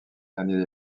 derniers